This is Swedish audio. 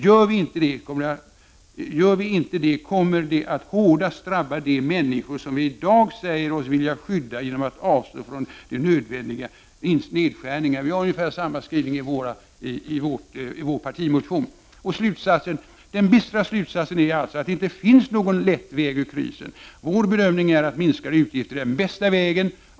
Gör vi inte det kommer det att hårdast drabba de människor som vi i dag säger oss vilja skydda genom att avstå från de nödvändiga nedskärningarna.” Vi moderater har ungefär samma skrivning i vår partimotion. ”Den bittra slutsatsen är alltså att det inte finns någon lätt väg ur krisen. Vår bedömning är att minskade utgifter är den bästa vägen.